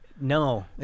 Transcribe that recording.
No